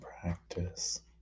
practice